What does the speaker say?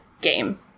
game